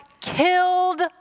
killed